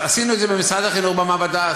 אז עשינו את זה במשרד החינוך במעבדה,